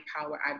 power